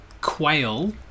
quail